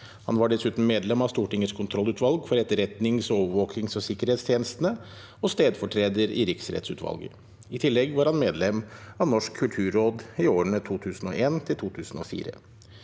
Han var dessuten medlem av Stortingets kontrollutvalg for etterretnings-, overvåkings- og sikkerhetstjeneste og stedfortreder i Riksrettsutvalget. I tillegg var han medlem av Norsk kulturråd i årene 2001–2004.